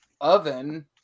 oven